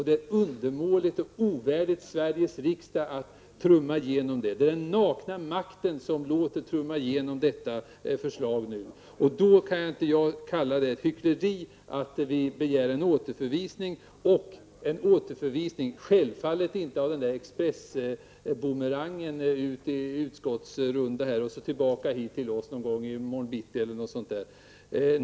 Det är undermåligt och ovärdigt Sveriges riksdag att trumma igenom det. Det är den nakna makten som nu låter trumma igenom detta förslag. Det kan därför inte kallas hyckleri att vi begär en återförvisning av detta betänkande. Självfallet menar vi då inte en återförvisning av expressbumerangtyp, som innebär att ärendet skickas tillbaka till utskottet för att komma tillbaka till kammaren i morgon.